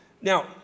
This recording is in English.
Now